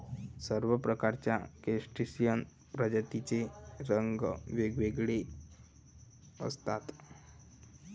सर्व प्रकारच्या क्रस्टेशियन प्रजातींचे रंग वेगवेगळे असतात